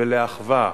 לאחווה,